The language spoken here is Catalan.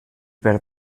per